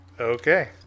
Okay